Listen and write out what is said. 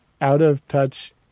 out-of-touch